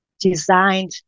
designed